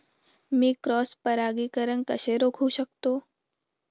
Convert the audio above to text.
मी cross परागीकरण कसे रोखू शकतो?